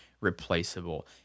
replaceable